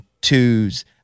twos